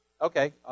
Okay